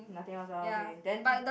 nothing else ah okay then